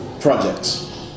projects